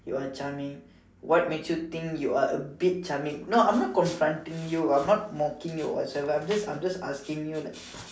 you're charming what makes you think you are a bit charming no I'm not confronting you I'm not mocking you or what so ever I'm just I'm just asking you like